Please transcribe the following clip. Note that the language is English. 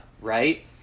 right